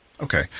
Okay